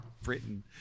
Britain